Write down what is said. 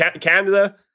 Canada